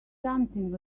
something